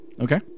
Okay